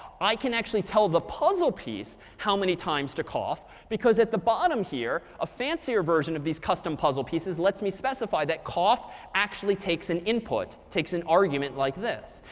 i can actually tell the puzzle piece how many times to cough, because at the bottom here, a fancier version of these custom puzzle pieces lets me specify that cough actually takes an input takes an argument like this.